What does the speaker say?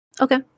Okay